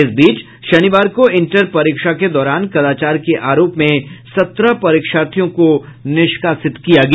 इस बीच शनिवार को इंटर परीक्षा के दौरान कदाचार के आरोप में सत्रह परीक्षार्थियों को निष्कासित किया गया